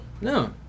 no